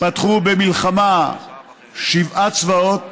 פתחו במלחמה שבעה צבאות: